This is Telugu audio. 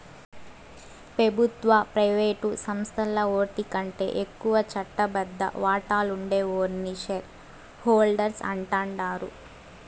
పెబుత్వ, ప్రైవేటు సంస్థల్ల ఓటికంటే ఎక్కువ చట్టబద్ద వాటాలుండే ఓర్ని షేర్ హోల్డర్స్ అంటాండారు